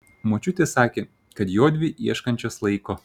močiutė sakė kad jodvi ieškančios laiko